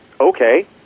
okay